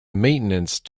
maintenance